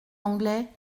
anglais